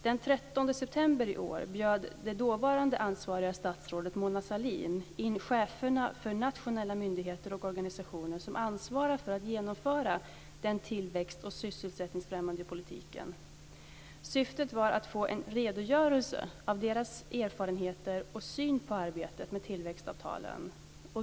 Den 13 september i år bjöd det dåvarande ansvariga statsrådet Mona Sahlin in cheferna för nationella myndigheter och organisationer som ansvarar för att genomföra den tillväxt och sysselsättningsfrämjande politiken. Syftet var att få en redogörelse av deras erfarenheter och syn på arbetet med tillväxtavtalen.